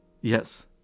Yes